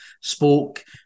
spoke